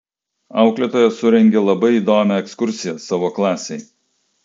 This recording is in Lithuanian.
auklėtoja surengė labai įdomią ekskursiją savo klasei